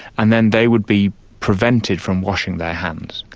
and then they would be prevented from washing their hands.